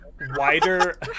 wider